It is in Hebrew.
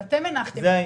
אבל אתם הנחתם אותו.